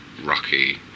Rocky